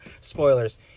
spoilers